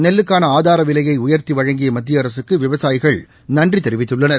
நெல்லுக்கான ஆதார விலையை உயர்த்தி வழங்கிய மத்திய அரசுக்கு விவசாயிகள் நன்றி தெரிவித்துள்ளனர்